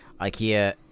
Ikea